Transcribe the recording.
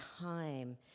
time